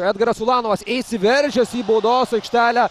edgaras bulanovas įsiveržęs į baudos aikštelę